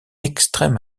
extrême